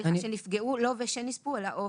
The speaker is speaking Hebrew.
סליחה שנפגעו או שנספו.